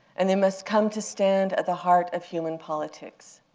and they must come to stand at the heart of human politics.